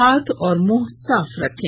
हाथ और मुंह साफ रखें